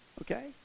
Okay